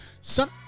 son